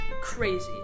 crazy